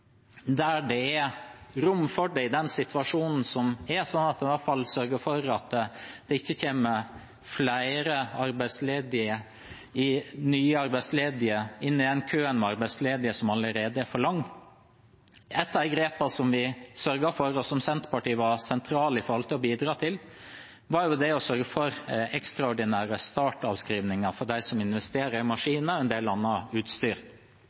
der det er rom for det i den situasjonen som er, sånn at en i hvert fall sørger for at det ikke kommer flere arbeidsledige, nye arbeidsledige, inn i køen av arbeidsledige, som allerede er for lang. Et av de grepene som vi sørget for, og som Senterpartiet var sentralt i å bidra til, var å sørge for ekstraordinære startavskrivninger for dem som investerer i maskiner og en del annet utstyr.